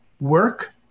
work